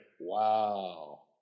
Wow